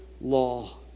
law